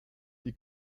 die